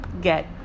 get